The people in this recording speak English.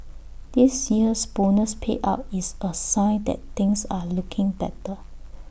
this year's bonus payout is A sign that things are looking better